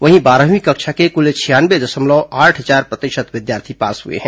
वहीं बारहवीं कक्षा के कुल छियानवे दशमलव आठ चार प्रतिशत विद्यार्थी पास हुए हैं